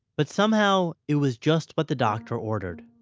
but somehow it was just what the doctor ordered.